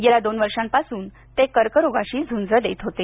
गेल्या दोन वर्षांपासून ते कर्करोगाशी झुंज देत होते